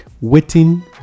waiting